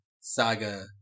saga